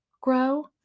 Grow